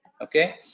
Okay